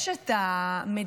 יש את המדיניות